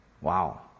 Wow